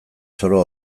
zoro